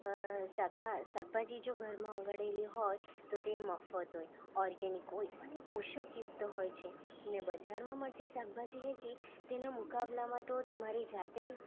શાકમાં શકભાજી જો ઘરમાં ઉગાડેલી હોય તો તે મફત હોય ઓર્ગનીક હોય અને પોષક યુક્ત હોય છે ને બજારમાં મળતી શાકભાજી જે તેના મુકાબલામાં તો તમારી જાતે